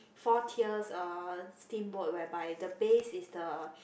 four tiers uh steamboat whereby the base is the